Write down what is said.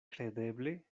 kredeble